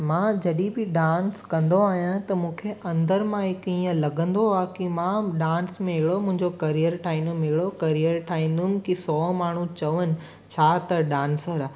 मां जॾहिं बि डांस कंदो आहियां त मूंखे अंदरि मां ई ईअं लॻंदो आहे की मां डांस में अहिड़ो मुंहिंजो करियर ठाहींदुमि अहिड़ो करियर ठाहींदुमि की सौ माण्हू चवनि छा त डांसर आहे